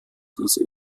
diese